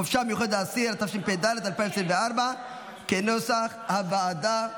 (חופשה מיוחדת לאסיר), התשפ"ד 2024, כנוסח הוועדה.